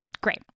great